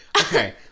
Okay